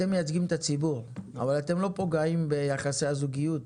אתם מייצגים את הציבור אבל אתם לא פוגעים ביחסי הזוגיות.